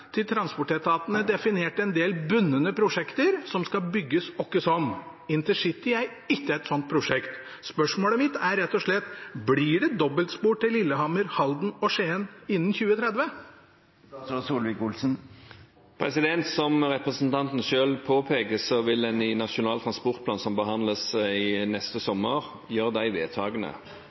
transportetatene definert en del prosjekter som skal bygges uansett. Intercity er ikke et sånt prosjekt. Spørsmålet mitt er rett og slett: Blir det dobbeltspor til Lillehammer, Halden og Skien innen 2030? Som representanten Sverre Myrli selv påpeker, vil en i Nasjonal transportplan som behandles neste sommer, gjøre de vedtakene,